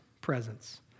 presence